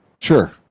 Sure